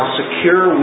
secure